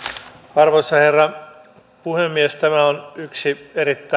arvoisa herra puhemies tämä on yksi